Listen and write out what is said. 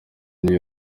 new